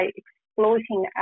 exploiting